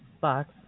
box